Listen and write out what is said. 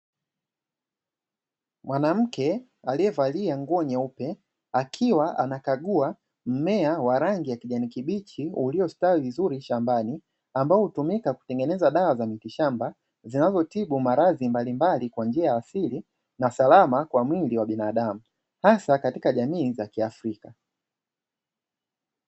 Mwanamke aliyevalia nguo nyeupe akiwa anakagua mmea wa rangi ya kijani kibichi, uliostawi vizuri shambani ambao hutumika kutengeneza dawa za mitishamba, zinazotibu maradhi mbalimbali kwa njia ya asili na salama kwa mwili wa binadamu hasa katika jamii za kiafrika.